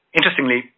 Interestingly